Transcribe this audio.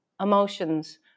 emotions